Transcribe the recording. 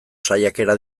saiakera